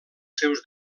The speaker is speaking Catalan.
seus